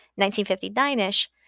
1959-ish